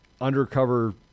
undercover